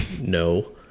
No